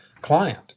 client